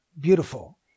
beautiful